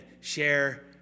share